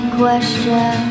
question